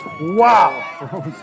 Wow